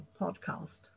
podcast